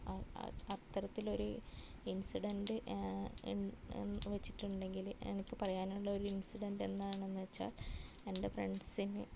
അ അ അത്തരത്തിലൊരു incident in വച്ചിട്ടുണ്ടങ്കിൽ എനിക്ക് പറയാനുള്ളത് ഒരു ഇൻസിഡൻറ്റ് എന്താണെന്ന് വെച്ചാൽ എൻ്റെ ഫ്രണ്ട്സിന്